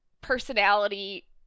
personality